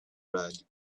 red